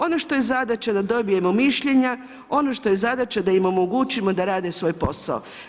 Ono što je zadaća da dobijemo mišljenja, ono što je zadaća da im omogućimo da rade svoj posao.